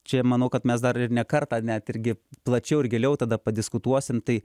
čia manau kad mes dar ir ne kartą net irgi plačiau ir giliau tada padiskutuosim tai